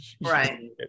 right